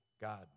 God